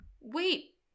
wait